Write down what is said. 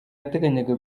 yateganyaga